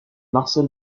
marcel